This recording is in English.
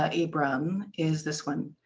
ah ibram, is this one.